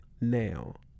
now